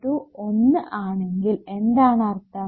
k1ആണെങ്കിൽ എന്താണ് അർത്ഥം